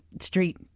Street